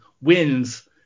wins